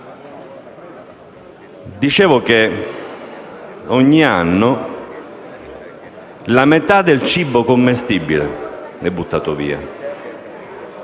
dicevo, ogni anno la metà del cibo commestibile viene buttato via.